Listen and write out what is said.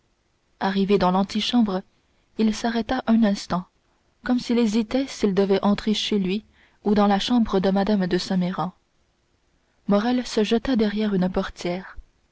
arrivé dans l'antichambre il s'arrêta un instant comme s'il hésitait s'il devait entrer chez lui ou dans la chambre de mme de saint méran morrel se jeta derrière une portière